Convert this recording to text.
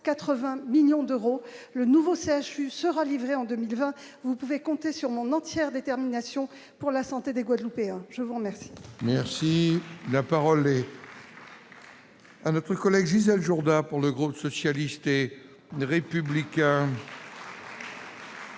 580 millions d'euros, le nouveau CHU sera livré en 2020, vous pouvez compter sur mon entière détermination pour la santé des Guadeloupéens, je vous remercie. Merci, la parole est. à notre collègue Gisèle Jourda pour le groupe socialiste et républicain.